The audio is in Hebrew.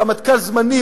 רמטכ"ל זמני,